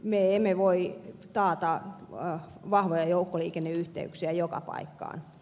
me emme voi taata vahvoja joukkoliikenneyhteyksiä joka paikkaan